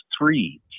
three